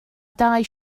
dau